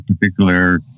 particular